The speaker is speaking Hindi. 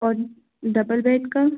और डबल बेड का